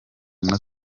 umwe